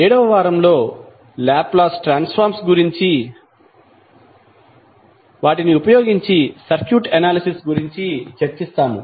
7 వ వారంలో Laplace transform ఉపయోగించి సర్క్యూట్ ఎనాలిసిస్ గురించి చర్చిస్తాము